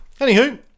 Anywho